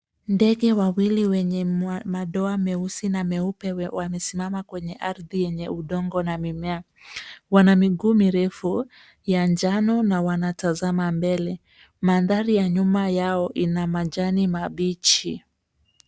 Ndege wawili wenye madoa meusi na meupe wamesimama kwenye ardhi yeney udongo na mimea. Wana miguu mirefu ya njano na wanatazama mbele. Mandhari ya nyuma yao ina majani mabichi.